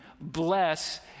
bless